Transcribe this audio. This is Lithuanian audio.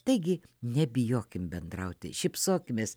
taigi nebijokim bendrauti šypsokimės